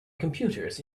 computers